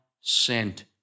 sent